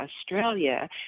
Australia